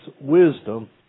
wisdom